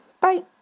bye